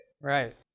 Right